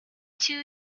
two